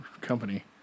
company